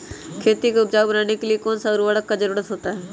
खेती को उपजाऊ बनाने के लिए कौन कौन सा उर्वरक जरुरत होता हैं?